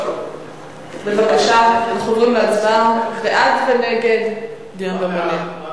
בבקשה, אנחנו עוברים להצבעה בעד ונגד דיון במליאה.